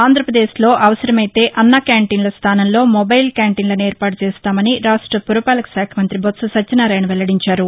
ఆంధ్రాపదేశ్లో అవసరమైతే అన్న క్యాంటీన్ల స్టానంలో మొబైల్ క్యాంటీన్లను ఏర్పాటు చేస్తామని రాష్ట పురపాలక శాఖ మంగ్రితి బొత్స సత్యనారాయణ వెల్లడించారు